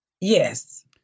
Yes